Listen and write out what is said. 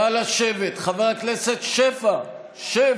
נא לשבת, חבר הכנסת שפע, שב.